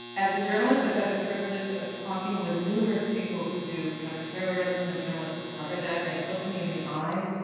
as a journalist, i've had the privilege of talking with numerous people who do counterterrorism and journalists who cover that. and they've looked me in the eye,